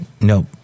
nope